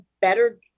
better